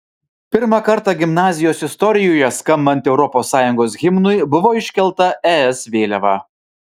pirmą kartą gimnazijos istorijoje skambant europos sąjungos himnui buvo iškelta es vėliava